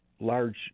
large